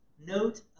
note